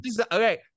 Okay